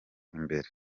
imbere